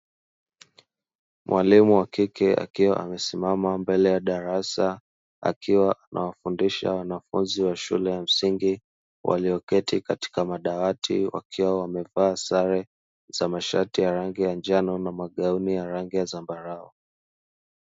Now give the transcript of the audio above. Mwalimu wa kike akiwa amesimama mbele ya darasa, akiwa anawafundisha wanafunzi wa shule ya msingi, walioketi katika madawati wakiwa wamevaa sare za mashati ya rangi ya njano na magauni ya rangi ya zambarau.